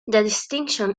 distinction